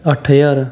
ਅੱਠ ਹਜ਼ਾਰ